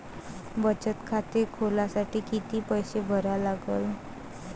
बचत खाते खोलासाठी किती पैसे भरा लागन?